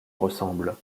ressemble